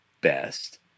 best